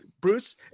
Bruce